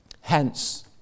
Hence